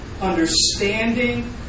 understanding